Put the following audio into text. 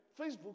Facebook